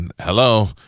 hello